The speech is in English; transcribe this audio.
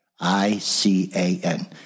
I-C-A-N